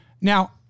Now